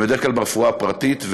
ובדרך כלל ברפואה הפרטית,